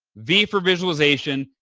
v for visualization,